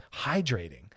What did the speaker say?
Hydrating